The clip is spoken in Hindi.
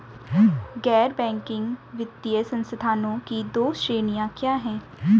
गैर बैंकिंग वित्तीय संस्थानों की दो श्रेणियाँ क्या हैं?